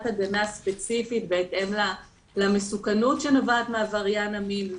הגנה ספציפית בהתאם למסוכנות שנובעת מעבריין המין.